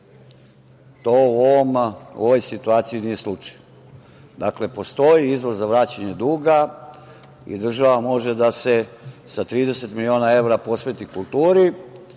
To u ovoj situaciji nije slučaj. Dakle, postoji izvoz za vraćanje duga i država može da se sa 30 miliona evra posveti kulturi,